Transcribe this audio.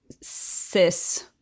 cis